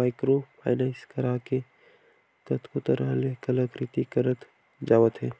micro finance करा के कतको तरह ले कलाकृति करत जावत हे